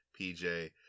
PJ